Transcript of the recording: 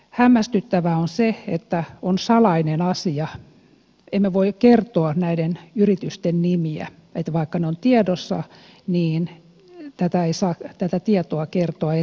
hämmästyttävää on se että se on salainen asia ei voi kertoa näiden yritysten nimiä että vaikka ne ovat tiedossa niin tätä tietoa ei saa kertoa eteenpäin